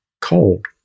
cold